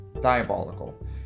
diabolical